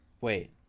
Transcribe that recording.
Wait